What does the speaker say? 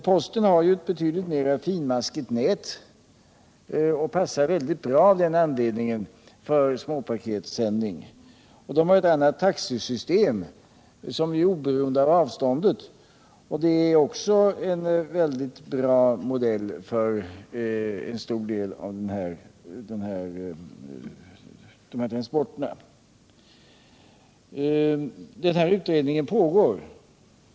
Posten har ett betydligt mera finmaskigt nät och passar av den anledningen bra för småpaketsändning. Posten har också ett annat taxesystem som är oberoende av avståndet, och det är också en bra modell för en stor del av dessa transporter. Utredningen pågår.